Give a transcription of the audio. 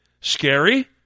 Scary